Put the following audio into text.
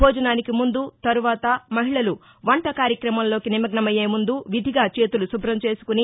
భోజనానికి ముందు తరువాత మహిళలు వంట కార్యక్రమంలోకి నిమగ్నమయ్యేముందు విధిగా చేతులు శుభ్రం చేసుకుని